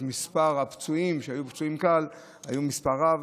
אז מספר הפצועים שהיו פצועים קל היה רב.